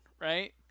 Right